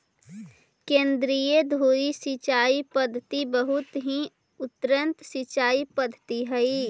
केन्द्रीय धुरी सिंचाई पद्धति बहुत ही उन्नत सिंचाई पद्धति हइ